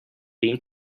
been